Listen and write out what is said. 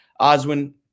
Oswin